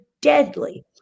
deadly